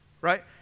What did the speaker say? right